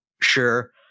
sure –